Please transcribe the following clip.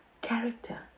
character